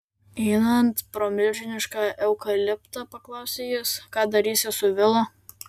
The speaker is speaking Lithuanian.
einant pro milžinišką eukaliptą paklausė jis ką darysi su vila